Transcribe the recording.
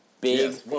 Big